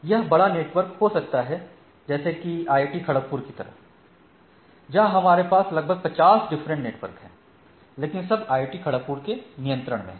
यह बड़ा नेटवर्क हो सकता है जैसा कि IIT खड़गपुर की तरह जहां हमारे पास लगभग 50 डिफरेंट नेटवर्क हैं लेकिन सब IIT खड़गपुर के नियंत्रण में है